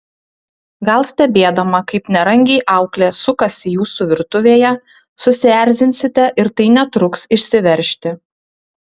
gal stebėdama kaip nerangiai auklė sukasi jūsų virtuvėje susierzinsite ir tai netruks išsiveržti